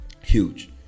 Huge